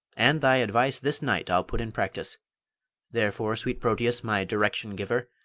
and thy advice this night i'll put in practice therefore, sweet proteus, my direction-giver,